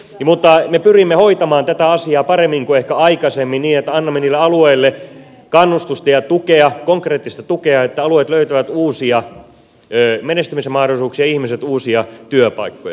mutta me pyrimme hoitamaan tätä asiaa paremmin kuin ehkä aikaisemmin niin että annamme niille alueille kannustusta ja tukea konkreettista tukea niin että alueet löytävät uusia menestymisen mahdollisuuksia ihmiset uusia työpaikkoja